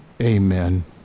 Amen